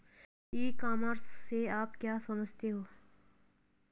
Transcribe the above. ई commerce से आप क्या समझते हो?